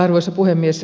arvoisa puhemies